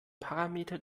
parameter